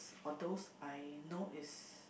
or those I know is